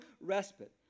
respite